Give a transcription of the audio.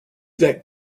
that